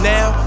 Now